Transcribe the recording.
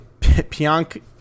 Pionk